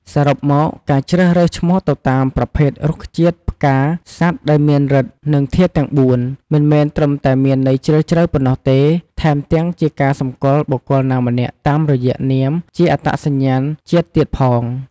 សរុបមក ការជ្រើសរើសឈ្មោះទៅតាម ប្រភេទ រុក្ខជាតិ ផ្កា សត្វដែលមានឬទ្ធិ និងធាតុទាំងបួន មិនត្រឹមតែមានន័យជ្រាលជ្រៅប៉ុណ្ណោះទេ ថែមទាំងជាការសម្គាល់បុគ្គលណាម្នាក់តាមរយៈនាមជាអត្តសញ្ញាតិជាតិទៀតផង។